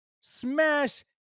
Smash